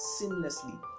seamlessly